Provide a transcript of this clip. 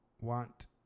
want